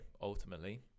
ultimately